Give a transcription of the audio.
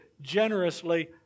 generously